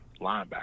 linebacker